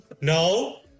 No